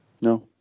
no